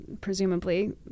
presumably